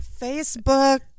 Facebook